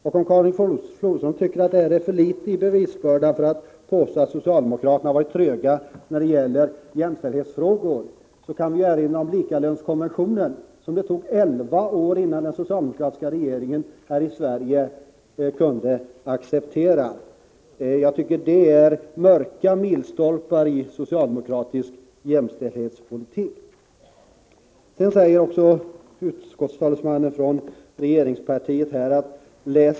Om Karin Flodström tycker att detta är för svaga bevis för att påstå att socialdemokraterna varit tröga när det gäller jämställdhetsfrågor, kan jag erinra om att det tog elva år innan den socialdemokratiska regeringen i Sverige kunde acceptera ILO:s likalönskonvention. Det är mörka milstolpar i socialdemokratisk jämställdhetspolitik! Läs rapporterna, säger vidare utskottsföreträdaren från regeringspartiet.